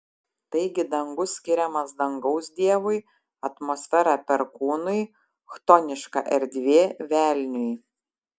taigi dangus skiriamas dangaus dievui atmosfera perkūnui chtoniška erdvė velniui